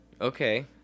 Okay